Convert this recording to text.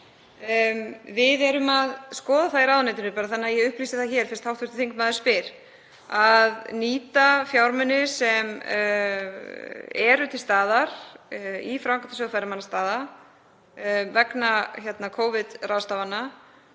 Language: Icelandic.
Við erum að skoða það í ráðuneytinu, þannig að ég upplýsi það hér, fyrst hv. þingmaður spyr, að nýta fjármuni sem eru til staðar í Framkvæmdasjóði ferðamannastaða vegna Covid-ráðstafana